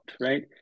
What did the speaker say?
right